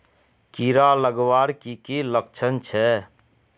कीड़ा लगवार की की लक्षण छे?